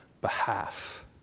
behalf